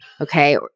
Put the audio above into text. okay